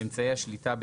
"אמצעי השליטה",